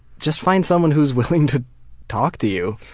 just find someone who's willing to talk to you.